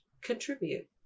contribute